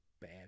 bad